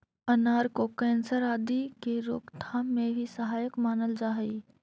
अनार को कैंसर आदि के रोकथाम में भी सहायक मानल जा हई